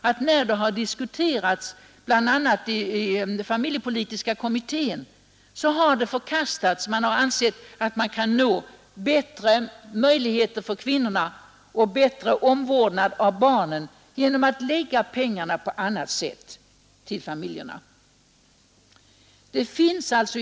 När förslaget har diskuterats bland annat i familjepolitiska kommittén, har det förkastats eftersom man ansett sig kunna nå bättre möjligheter för kvinnorna och bättre omvårdnad av barnen genom att lägga pengarna till familjerna på annat sätt.